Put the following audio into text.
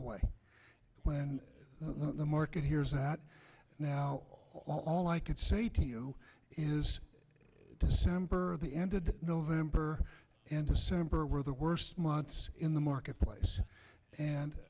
away when the market hears about now all i could say to you is december the ended november and december were the worst months in the marketplace and